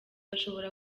bashobora